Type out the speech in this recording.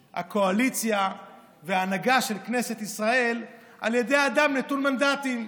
הקואליציה וההנהגה של כנסת ישראל על ידי אדם נטול מנדטים.